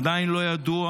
עדיין לא ידוע,